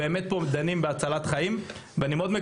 ולכן גם נסעתי לשם כדי לראות את המציאות בשטח ומה קורה.